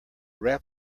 rap